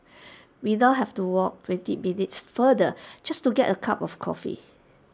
we now have to walk twenty minutes farther just to get A cup of coffee